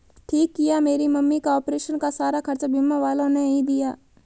ठीक किया मेरी मम्मी का ऑपरेशन का सारा खर्चा बीमा वालों ने ही दिया